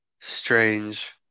strange